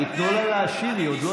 אבל אתם פיניתם בכפר שלם, תלמדו את הלקח.